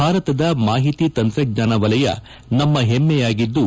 ಭಾರತದ ಮಾಹಿತಿ ತಂತ್ರಜ್ಞಾನ ವಲಯ ನಮ್ಮ ಹೆಮ್ನೆಯಾಗಿದ್ದು